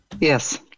Yes